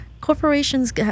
corporations